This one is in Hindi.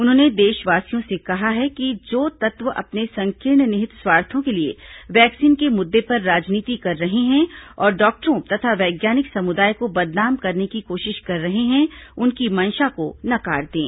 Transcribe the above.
उन्होंने देशवासियों से कहा है कि जो तत्व अपने संकीर्ण निहित स्वार्थो के लिए वैक्सीन के मुद्दे पर राजनीति कर रहे हैं और डॉक्टरों तथा वैज्ञानिक समुदाय को बदनाम करने की कोशिश कर रहे हैं उनकी मंशा को नकार दें